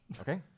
Okay